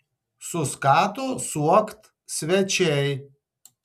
suskato suokt svečiai